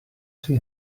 she